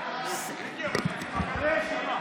שתי דקות הפסקה.